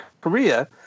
Korea